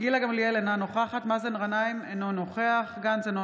גילה גמליאל, אינה נוכחת מאזן גנאים, אינו נוכח